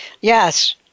Yes